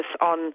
on